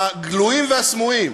הגלויים והסמויים,